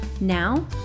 Now